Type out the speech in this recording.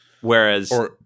Whereas